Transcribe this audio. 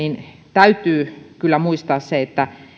täytyy kyllä muistaa se että